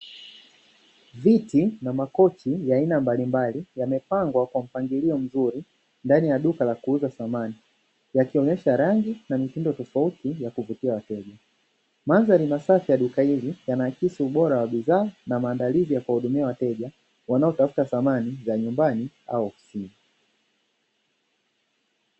Viti na makochi ya aina mbalimbali yamepangwa kwa mpangilio mzuri ndani ya duka la kuuza samani, yakionyesha rangi na mitindo tofauti ya kuvutia wateja. Mandhari masafi ya duka hili yanaakisi ubora wa bidhaa na maandalizi ya kuwahudumia wateja wanaotafuta samani za nyumbani au ofisini.